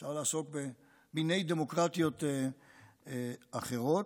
אפשר לעסוק במיני דמוקרטיות אחרות.